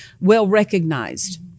well-recognized